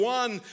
one